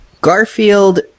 Garfield